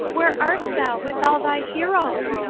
where art thou, with all thy heroes?